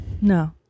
No